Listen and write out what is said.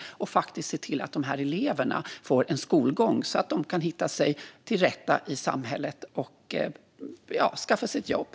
Det handlar också om att se till att de här eleverna får en skolgång så att de kan finna sig till rätta i samhället och skaffa sig ett jobb.